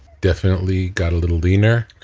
definitely got a little leaner.